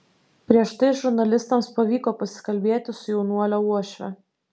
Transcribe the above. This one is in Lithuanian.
prieš tai žurnalistams pavyko pasikalbėti su jaunuolio uošve